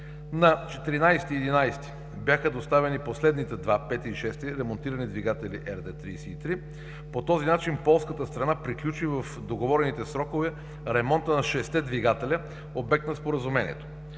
На 14 ноември бяха доставени последните два – пети и шести, ремонтирани двигатели РД-33. По този начин полската страна приключи в договорените срокове ремонта на шестте двигателя – обект на Споразумението.